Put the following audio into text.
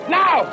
now